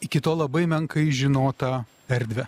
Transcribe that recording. iki tol labai menkai žinotą erdvę